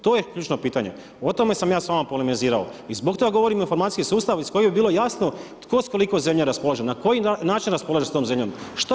To je ključno pitanje, o tome sam ja s vama polemizirao, i zbog toga govorim informacijski sustav, iz kojeg bi bilo jasno tko s koliko zemlje raspolaže, na koji način raspolaže s tom zemljom?